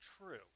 true